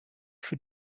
für